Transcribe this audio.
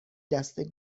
دسته